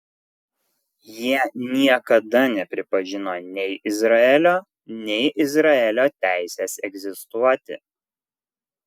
jie niekada nepripažino nei izraelio nei izraelio teisės egzistuoti